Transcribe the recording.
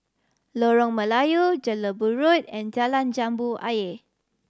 Lorong Melayu Jelebu Road and Jalan Jambu Ayer